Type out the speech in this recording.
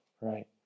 right